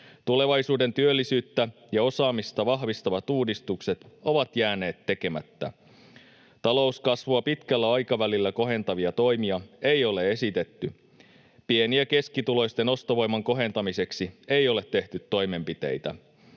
Tulevaisuuden työllisyyttä ja osaamista vahvistavat uudistukset ovat jääneet tekemättä. Talouskasvua pitkällä aikavälillä kohentavia toimia ei ole esitetty. Pieni- ja keskituloisten ostovoiman kohentamiseksi ei ole tehty toimenpiteitä.